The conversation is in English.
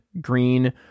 green